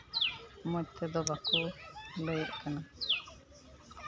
ᱢᱚᱡᱽ ᱛᱮᱫᱚ ᱵᱟᱠᱚ ᱞᱟᱹᱭᱮᱫ ᱠᱟᱱᱟ